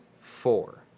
four